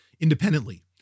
independently